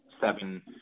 seven